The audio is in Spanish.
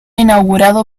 inaugurado